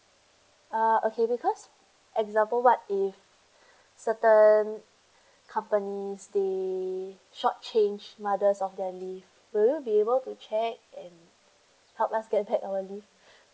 ah okay because example what if certain companies they short changed mother's of their leave will you be able to check and help us get there early